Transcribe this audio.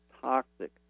toxic